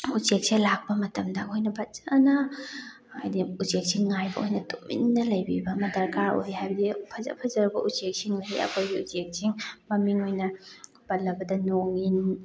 ꯎꯆꯦꯛꯁꯤ ꯂꯥꯛꯄ ꯃꯇꯝꯗ ꯑꯩꯈꯣꯏꯅ ꯐꯖꯅ ꯍꯥꯏꯗꯤ ꯎꯆꯦꯛꯁꯤ ꯉꯥꯏꯕ ꯑꯣꯏꯅ ꯇꯨꯃꯤꯟꯅ ꯂꯩꯕꯤꯕ ꯑꯃ ꯗꯔꯀꯥꯔ ꯑꯣꯏ ꯍꯥꯏꯕꯗꯤ ꯐꯖ ꯐꯖꯔꯕ ꯎꯆꯦꯛꯁꯤꯡꯒꯤ ꯑꯩꯈꯣꯏꯒꯤ ꯎꯆꯦꯛꯁꯤꯡ ꯃꯃꯤꯡ ꯑꯣꯏꯅ ꯄꯜꯂꯕꯗ ꯅꯣꯡꯏꯟ